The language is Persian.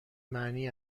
معنی